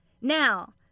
Now